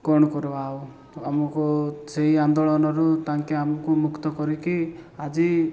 କ'ଣ କରିବା ଆଉ ଆମକୁ ସେଇ ଆନ୍ଦୋଳନରୁ ତାଙ୍କେ ଆମକୁ ମୁକ୍ତ କରିକି ଆଜି